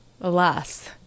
alas